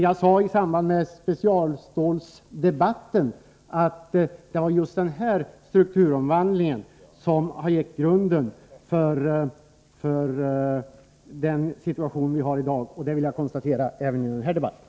Jag sade i specialstålsdebatten att det var just denna strukturomvandling som har lagt grunden för den situation vi har i dag, och det vill jag konstatera även i den här debatten.